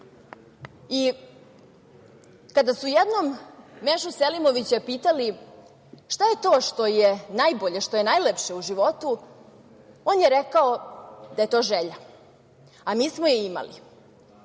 su jednom Mešu Selimovića pitali šta je to što je najlepše u životu, on je rekao da je to želja. A mi smo je imali.